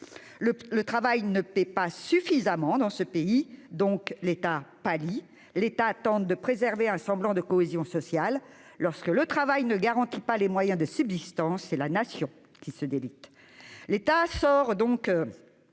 Le travail ne paye pas suffisamment dans ce pays, donc l'État pallie, il tente de préserver un semblant de cohésion sociale. Lorsque le travail ne garantit pas les moyens de subsistance, c'est la Nation qui se délite. L'État sort donc